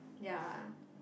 ya